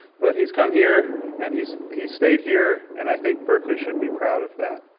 but he's come here and he's he's stayed here and i think berkeley should be proud of that.